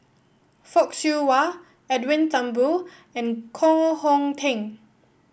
Fock Siew Wah Edwin Thumboo and Koh Hong Teng